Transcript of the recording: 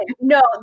no